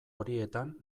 horietan